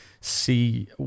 see